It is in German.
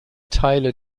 teile